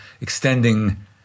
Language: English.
extending